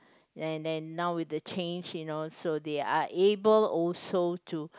and then now with the change you know so they are able also to